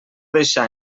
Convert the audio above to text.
deixar